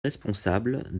responsable